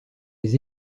les